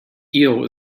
eel